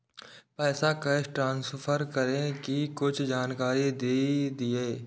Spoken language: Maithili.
पैसा कैश ट्रांसफर करऐ कि कुछ जानकारी द दिअ